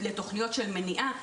לתוכניות של מניעה,